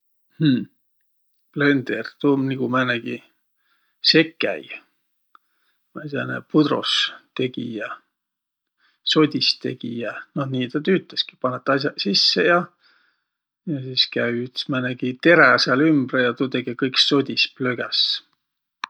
Hm, blender? Tuu um nigu määnegi sekäi vai sääne pudrostegijä, sodistegijä. Noh, nii tä tüütäski – panõt as'aq sisse ja sis käü üts määnegi terä sääl ümbre ja tuu tege kõik sodis, plögäs.